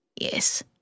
Yes